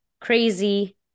crazy